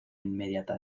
inmediata